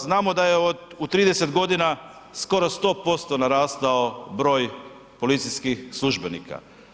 Znamo da je u 30.g. skoro 100% narastao broj policijskih službenika.